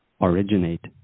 originate